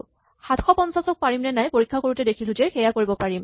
৭৫০ ক সজাব পাৰিমনে পৰীক্ষা কৰোতে দেখিলো যে সেয়া কৰিব পাৰিম